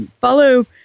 follow